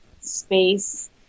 space